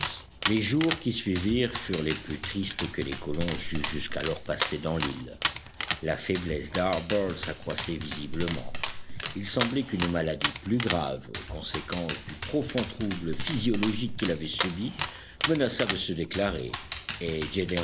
les jours qui suivirent furent les plus tristes que les colons eussent jusqu'alors passés dans l'île la faiblesse d'harbert s'accroissait visiblement il semblait qu'une maladie plus grave conséquence du profond trouble physiologique qu'il avait subi menaçât de se déclarer et